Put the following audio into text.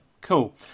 cool